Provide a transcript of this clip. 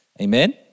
amen